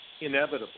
inevitable